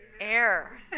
air